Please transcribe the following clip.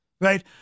right